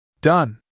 Done